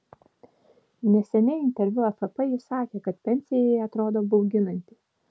neseniai interviu afp ji sakė kad pensija jai atrodo bauginanti